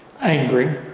angry